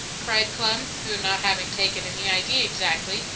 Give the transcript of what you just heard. cried clem, who, not having taken in the idea exactly,